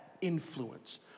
influence